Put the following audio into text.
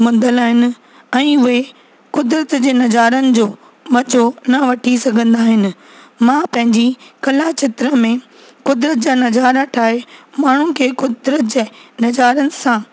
मुंदियल आहिनि ऐं उहे कुदरत जे नज़ारनि जो मज़ो न वठी सघंदा आहिनि मां पंहिंजी कला चित्र में कुदरत जा नज़ारा ठाहे माण्हुनि खे कुदरत जे नज़ारनि सां